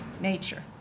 nature